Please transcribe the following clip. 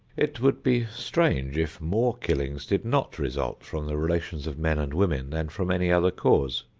it would be strange if more killings did not result from the relations of men and women than from any other cause.